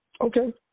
Okay